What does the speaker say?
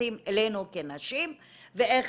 שמתייחסים אלינו כנשים ואיך